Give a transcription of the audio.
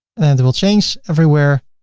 and then it will change everywhere.